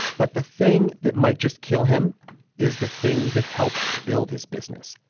but the thing that might just kill him is the thing that helped build his business,